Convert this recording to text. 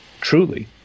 truly